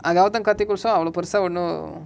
agavathakathikuluso அவளோ பெருசா ஒன்னு:avalo perusa onnu